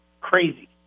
crazy